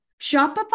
Shopify